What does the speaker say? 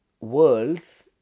worlds